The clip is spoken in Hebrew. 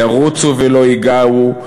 ירוצו ולא ייגעו,